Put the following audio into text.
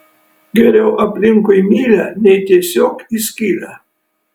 geriau aplinkui mylią nei tiesiog į skylę